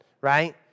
right